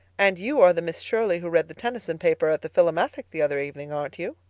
and you are the miss shirley who read the tennyson paper at the philomathic the other evening, aren't you?